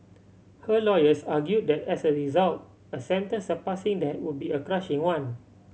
her lawyers argue that as a result a senten surpassing that would be a crushing one